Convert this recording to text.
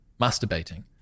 masturbating